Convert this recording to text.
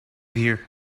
here